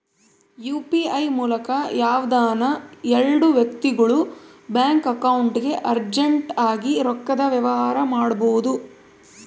UPI ಮೂಲಕ ಯಾವ್ದನ ಎಲ್ಡು ವ್ಯಕ್ತಿಗುಳು ಬ್ಯಾಂಕ್ ಅಕೌಂಟ್ಗೆ ಅರ್ಜೆಂಟ್ ಆಗಿ ರೊಕ್ಕದ ವ್ಯವಹಾರ ಮಾಡ್ಬೋದು